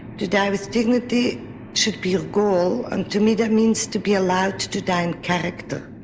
to die with dignity should be a goal and to me that means to be allowed to die in character.